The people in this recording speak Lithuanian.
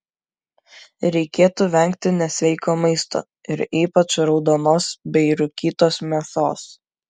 reikėtų vengti nesveiko maisto ir ypač raudonos bei rūkytos mėsos